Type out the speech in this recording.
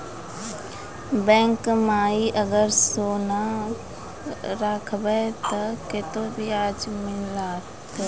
Bank माई अगर सोना राखबै ते कतो ब्याज मिलाते?